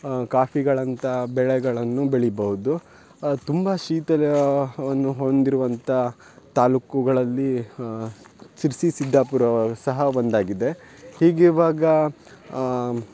ಕಾಫಿಗಳಂಥ ಬೆಳೆಗಳನ್ನು ಬೆಳಿಬೌದು ತುಂಬ ಶೀತಲ್ಯವನ್ನು ಹೊಂದಿರುವಂಥ ತಾಲೂಕುಗಳಲ್ಲಿ ಶಿರ್ಸಿ ಸಿದ್ದಾಪುರವು ಸಹ ಒಂದಾಗಿದೆ ಹೀಗಿರುವಾಗ ಹಾಂ